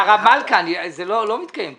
הרב מלכא, הדיון לא מתקיים כך.